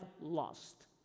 lost